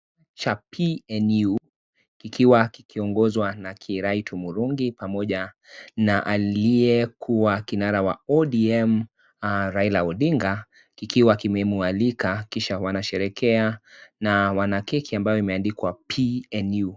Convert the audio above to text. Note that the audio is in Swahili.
Cha PNU kikiwa kikiongozwa na Kiraitu Murungi pamoja na aliyekuwa kinara wa ODM, Raila Odinga, kikiwa kimemwalika kisha wanasherehekea na wana keki ambayo imeandikwa "PNU".